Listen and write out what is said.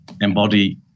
embody